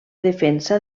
defensa